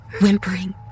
whimpering